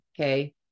okay